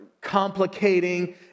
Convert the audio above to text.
complicating